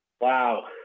Wow